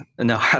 no